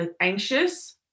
anxious